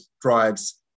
drives